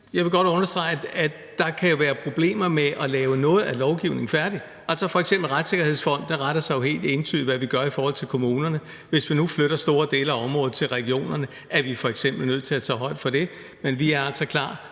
Jeg vil godt understrege, at der kan være problemer med at lave noget af lovgivningen færdig. F.eks. retter en retssikkerhedsfond sig jo helt entydigt efter, hvad vi gør i forhold til kommunerne. Hvis vi nu flytter store dele af området til regionerne, er vi f.eks. nødt til at tage højde for det. Men vi er altså klar